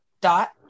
dot